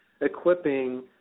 equipping